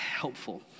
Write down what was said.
helpful